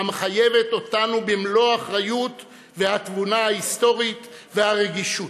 והמחייבת אותנו במלוא האחריות והתבונה ההיסטורית והרגישות.